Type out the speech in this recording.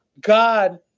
god